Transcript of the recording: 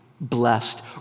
blessed